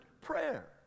prayer